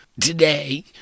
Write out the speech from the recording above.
Today